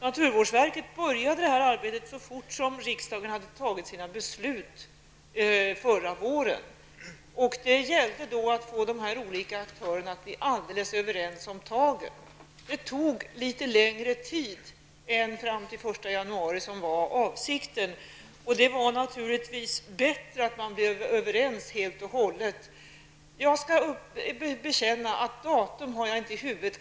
Naturvårdsverket började med detta arbete så snart som riksdagen hade fattat sina beslut förra våren, och det gällde då att få de olika aktörerna att bli helt överens om tagen. Det tog litet längre tid än fram till 1 januari, som var avsett. Det var naturligtvis bättre att man blev helt överens. Jag skall bekänna att jag inte har datum för ikraftträdandet i huvudet.